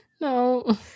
No